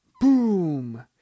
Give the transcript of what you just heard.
Boom